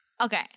Okay